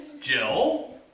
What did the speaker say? Jill